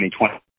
2020